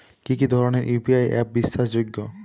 কি কি ধরনের ইউ.পি.আই অ্যাপ বিশ্বাসযোগ্য?